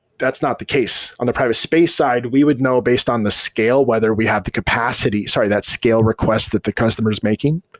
that's not the case. on the private space side, we would know based on the scale whether we have the capacity, sorry, that scale request that the customer is making,